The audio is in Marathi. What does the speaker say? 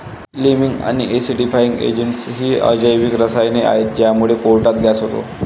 लीमिंग आणि ऍसिडिफायिंग एजेंटस ही अजैविक रसायने आहेत ज्यामुळे पोटात गॅस होतो